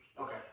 Okay